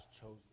chosen